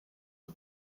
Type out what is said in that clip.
for